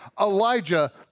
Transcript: Elijah